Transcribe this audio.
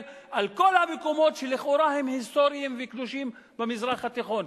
על כל המקומות שלכאורה הם היסטוריים וקדושים במזרח התיכון.